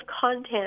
content